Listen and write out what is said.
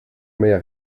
mehr